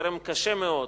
חרם קשה מאוד,